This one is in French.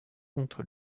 contre